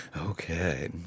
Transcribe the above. Okay